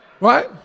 Right